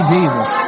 Jesus